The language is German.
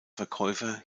verkäufer